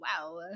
wow